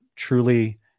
truly